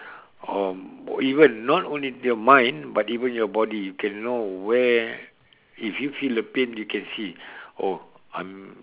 or even not only your mind but even your body can know where if you feel a pain you can see oh I'm